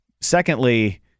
Secondly